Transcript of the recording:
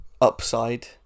upside